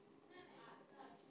धान के फसल कौन महिना मे पक हैं?